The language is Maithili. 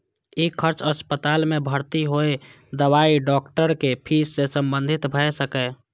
ई खर्च अस्पताल मे भर्ती होय, दवाई, डॉक्टरक फीस सं संबंधित भए सकैए